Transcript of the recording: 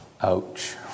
Ouch